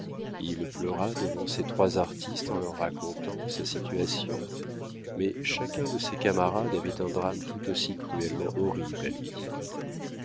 il pleura devant ces trois artistes en leur racontant sa situation mais chacun de ses camarades avait un drame tout aussi cruellement horrible à lui dire